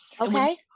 Okay